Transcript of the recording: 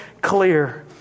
clear